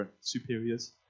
superiors